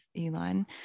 Elon